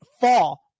fall